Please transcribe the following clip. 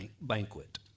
banquet